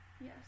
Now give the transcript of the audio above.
yes